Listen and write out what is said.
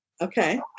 Okay